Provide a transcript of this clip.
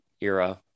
era